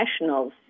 nationals